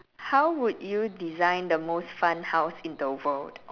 how would you design the most fun house in the world